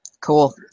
Cool